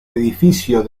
edificio